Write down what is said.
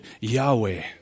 Yahweh